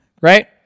right